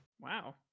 Wow